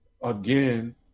again